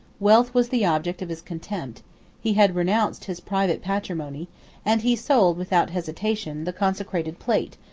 wealth was the object of his contempt he had renounced his private patrimony and he sold, without hesitation, the consecrated plate,